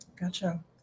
Gotcha